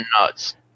nuts